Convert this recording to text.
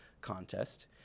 contest